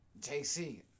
JC